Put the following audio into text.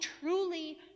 truly